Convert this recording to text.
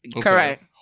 Correct